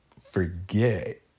forget